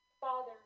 Father